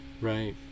Right